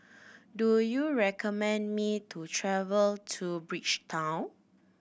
do you recommend me to travel to Bridgetown